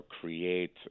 create